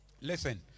listen